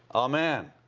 amen!